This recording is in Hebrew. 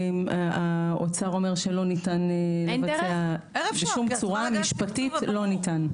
האוצר אומר שלא ניתן לבצע בשום צורה - משפטית לא ניתן.